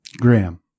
Graham